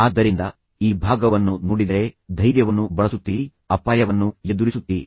ಆದ್ದರಿಂದ ಈ ಭಾಗವನ್ನು ನೀವು ನೋಡಿದರೆ ನೀವು ಧೈರ್ಯವನ್ನು ಬಳಸುತ್ತೀರಿ ನೀವು ಅಪಾಯವನ್ನು ಎದುರಿಸುತ್ತೀರಿ